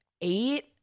eight